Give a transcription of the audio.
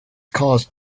caused